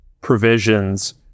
provisions